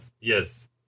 yes